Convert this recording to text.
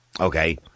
Okay